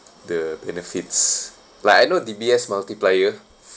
the benefits like I know D_B_S multiplier